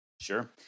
Sure